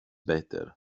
better